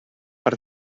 per